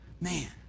Man